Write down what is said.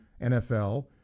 NFL